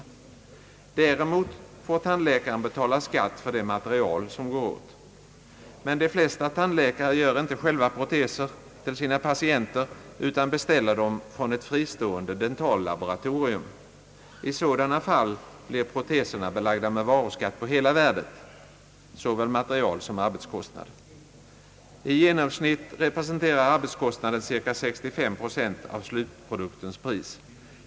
Däremot får tandläkaren betala skatt för det material som går åt. Men de flesta tandläkare gör inte själva proteser till sina patienter utan beställer dem från ett fristående dentallaboratorium. I sådana fall blir proteserna belagda med varuskatt på hela värdet, såväl material som arbetskostnad. I genomsnitt representerar arbetskostnaden cirka 65 procent av slutproduktens Pris.